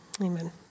Amen